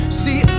see